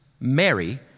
Mary